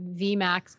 VMAX